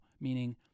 Meaning